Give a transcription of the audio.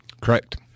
Correct